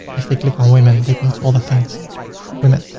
if they click on women, they go to all the things of women.